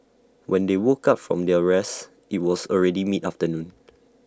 when they woke up from their rest IT was already mid afternoon